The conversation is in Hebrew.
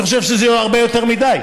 אני חושב שזה הרבה יותר מדי,